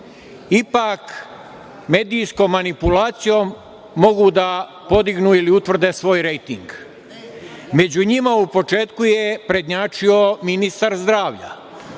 ipak medijskom manipulacijom mogu da podignu ili utvrde svoj rejting.Među njima u početku je prednjačio ministar zdravlja.